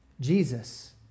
Jesus